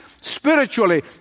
spiritually